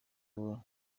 ubu